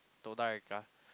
Dotarica